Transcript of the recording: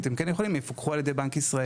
כן יוכלו אז הם יפוקחו על ידי בנק ישראל.